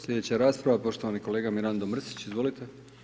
Slijedeća rasprava poštovani kolega Mirando Mrsić, izvolite.